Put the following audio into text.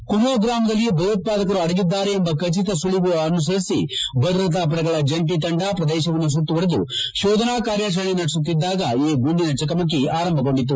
ಖೊನೋಹ್ ಗ್ರಾಮದಲ್ಲಿ ಭಯೋತ್ವಾದಕರು ಅಡಗಿದ್ದಾರೆ ಎಂಬ ಖಚಿತ ಸುಳವು ಅನುಸರಿಸಿ ಭದ್ರತಾಪಡೆಗಳ ಜಂಟಿ ತಂಡ ಪ್ರದೇಶವನ್ನು ಸುತ್ತುವರೆದು ಶೋಧನಾ ಕಾರ್ಯಜರಣೆ ನಡೆಸುತ್ತಿದ್ಲಾಗ ಈ ಗುಂಡಿನ ಚಕಮಕಿ ಆರಂಭಗೊಂಡಿತು